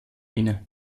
inne